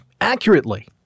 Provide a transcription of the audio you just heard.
accurately